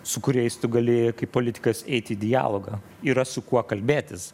su kuriais tu gali kaip politikas eiti į dialogą yra su kuo kalbėtis